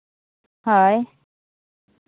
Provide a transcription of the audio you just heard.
ᱦᱳᱭ